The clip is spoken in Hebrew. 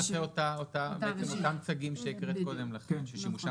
זה למעשה אותם צגים שהקראת קודם לכן ששימושם